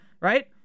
Right